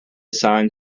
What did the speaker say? sign